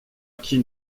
acquis